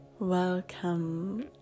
welcome